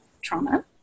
trauma